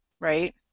right